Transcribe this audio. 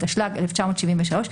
התשל"ג-1973,